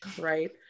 Right